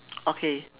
okay